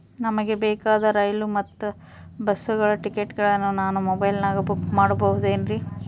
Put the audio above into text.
ನಮಗೆ ಬೇಕಾದ ರೈಲು ಮತ್ತ ಬಸ್ಸುಗಳ ಟಿಕೆಟುಗಳನ್ನ ನಾನು ಮೊಬೈಲಿನಾಗ ಬುಕ್ ಮಾಡಬಹುದೇನ್ರಿ?